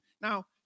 Now